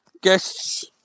guests